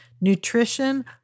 nutrition